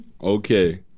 Okay